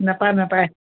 নাপায় নাপায়